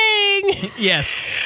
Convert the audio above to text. Yes